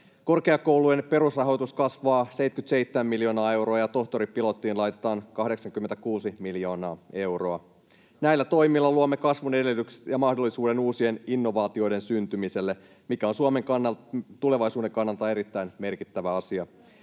Korkeakoulujen perusrahoitus kasvaa 77 miljoonaa euroa, ja tohtoripilottiin laitetaan 86 miljoonaa euroa. Näillä toimilla luomme kasvun edellytyksiä ja mahdollisuuden uusien innovaatioiden syntymiselle, mikä on Suomen tulevaisuuden kannalta erittäin merkittävä asia.